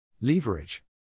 Leverage